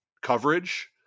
coverage